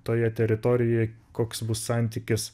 toje teritorijoje koks bus santykis